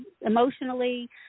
emotionally